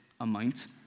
amount